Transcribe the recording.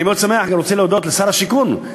אני מאוד שמח ורוצה להודות לשר השיכון,